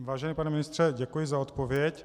Vážený pane ministře, děkuji za odpověď.